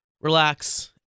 relax